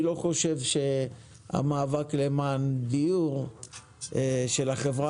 אני לא חושב שהמאבק למען דיור של החברה